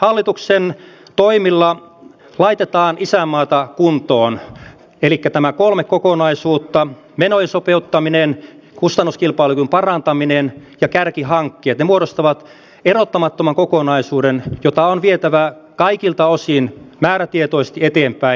hallituksen toimilla laitetaan isänmaata kuntoon elikkä nämä kolme kokonaisuutta menojen sopeuttaminen kustannuskilpailukyvyn parantaminen ja kärkihankkeet muodostavat erottamattoman kokonaisuuden jota on vietävä kaikilta osin määrätietoisesti eteenpäin